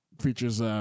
features